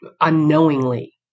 unknowingly